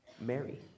Mary